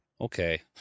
Okay